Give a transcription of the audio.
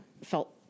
felt